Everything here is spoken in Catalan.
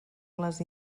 les